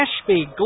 Ashby